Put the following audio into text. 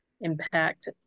impact